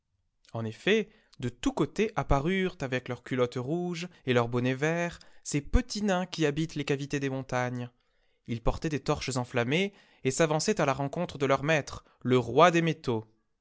en effet de tous côtés apparurent avec leurs culottes rouges et leurs bonnets verts ces petits nains qui habitent les cavités des montagnes ils portaient des torches enflammées et s'avançaient à la rencontre de leur maître le roi des métaux